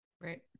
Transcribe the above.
Right